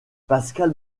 pascale